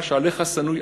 מה שעליך שנוא,